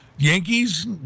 Yankees